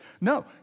No